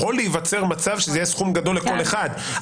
להיווצר מצב שזה יהיה סכום גדול לכל אחד,